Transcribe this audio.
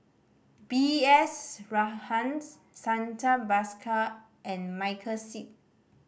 B S Rajhans Santha Bhaskar and Michael Seet